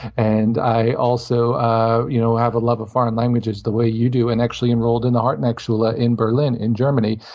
and i also ah you know have a love of foreign languages, the way you do, and actually enrolled in the hartnackschule ah in berlin, in germany,